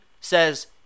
says